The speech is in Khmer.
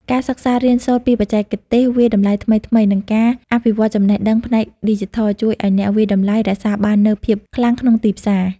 ការសិក្សារៀនសូត្រពីបច្ចេកទេសវាយតម្លៃថ្មីៗ និងការអភិវឌ្ឍចំណេះដឹងផ្នែកឌីជីថល ជួយឱ្យអ្នកវាយតម្លៃរក្សាបាននូវភាពខ្លាំងក្នុងទីផ្សារ។